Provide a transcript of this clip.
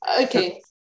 Okay